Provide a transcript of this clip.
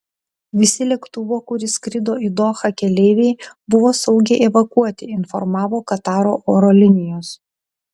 visi lėktuvo kuris skrido į dohą keleiviai buvo saugiai evakuoti informavo kataro oro linijos